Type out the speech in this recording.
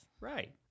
Right